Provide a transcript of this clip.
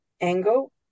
angle